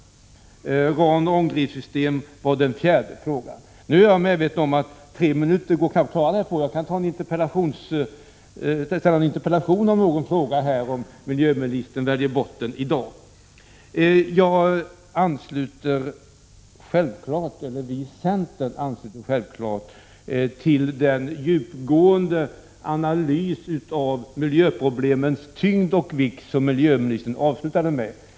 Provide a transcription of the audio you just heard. Den fjärde frågan handlade om RAN-ångdrivsystem. Jag är medveten om att man kanske inte klarar alla dessa frågor på en treminuters replik. Jag kan ställa en interpellation i någon av dessa frågor i fall miljöministern nu väljer bort den i dag. Självfallet ansluter vi i centern oss till den djupgående analys av miljöproblemens tyngd och vikt som miljöministern avslutade med.